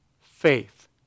faith